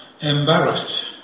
embarrassed